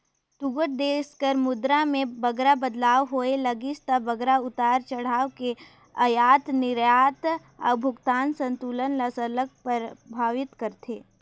दुगोट देस कर मुद्रा में बगरा बदलाव होए लगिस ता बगरा उतार चढ़ाव में अयात निरयात अउ भुगतान संतुलन ल सरलग परभावित करथे